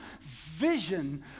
vision